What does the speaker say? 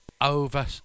over